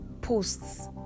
posts